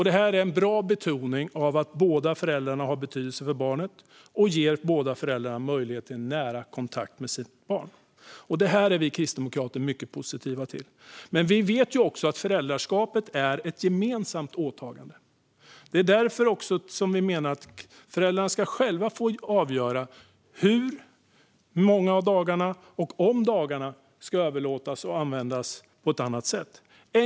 Det är en bra betoning av att båda föräldrarna har betydelse för barnet, och det ger båda föräldrarna möjlighet till en nära kontakt med sitt barn. Detta är vi kristdemokrater mycket positiva till. Men vi vet också att föräldraskapet är ett gemensamt åtagande. Det är också därför vi menar att föräldrarna själva ska få avgöra om dagar ska överlåtas och användas på ett annat sätt och i så fall hur många.